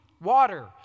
water